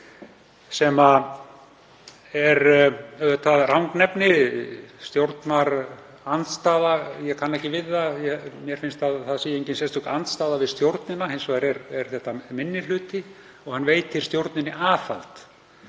sem er auðvitað rangnefni, stjórnarandstaða. Ég kann ekki við það. Mér finnst að það sé engin sérstök andstaða við stjórnina. Hins vegar er þetta minni hluti og hann veitir stjórninni aðhald.